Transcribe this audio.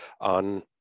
on